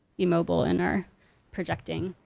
be mobile in our projecting.